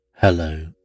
Hello